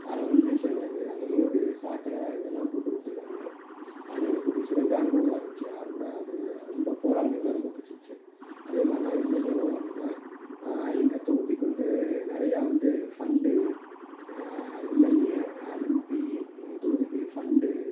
அதை வந்து இப்போ எங்களுக்கு அந்த ரோடு சாக்கடை இதெல்லாம் போட்டு கொடுத்துருக்காங்க அது எனக்கு ஒரு சிறந்த அனுபவமா இருந்துச்சு அவரு கூட அந்த இது ரொம்ப போராடுனதுதான் ரொம்ப பிடிச்சிச்சி அதேமாதிரிதான் எம்எல்ஏவும் அப்படி தான் எங்கள் தொகுதிக்கு வந்து நிறையா வந்து ஃபண்டு எம்எல்ஏ எம்பி தொகுதிக்கு ஃபண்டு